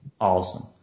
awesome